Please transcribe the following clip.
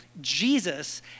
Jesus